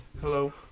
Hello